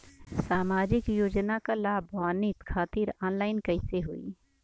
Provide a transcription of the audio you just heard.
सामाजिक योजना क लाभान्वित खातिर ऑनलाइन कईसे होई?